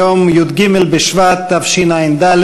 היום י"ג בשבט תשע"ד,